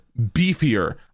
beefier